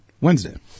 Wednesday